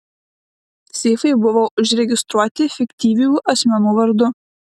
seifai buvo užregistruoti fiktyvių asmenų vardu